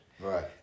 Right